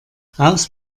raus